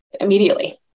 immediately